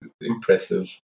impressive